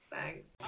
Thanks